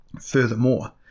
Furthermore